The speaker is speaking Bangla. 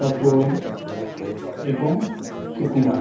তপন এবং সুকুমার